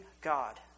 God